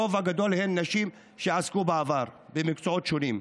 הרוב הגדול הם נשים שעסקו בעבר במקצועות שונים.